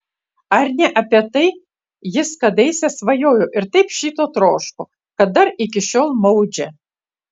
ar ne apie tai jis kadaise svajojo ir taip šito troško kad dar iki šiol maudžia